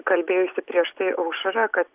kalbėjusi prieš tai aušra ka